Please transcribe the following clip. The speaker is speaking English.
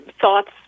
thoughts